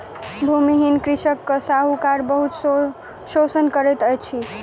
भूमिहीन कृषक के साहूकार बहुत शोषण करैत अछि